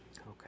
Okay